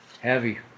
heavy